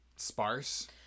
sparse